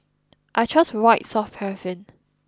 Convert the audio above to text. I trust white soft paraffin